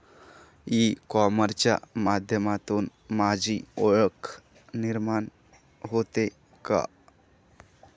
E कॉमर्सच्या माध्यमातून माझी ओळख निर्माण होते का?